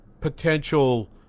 potential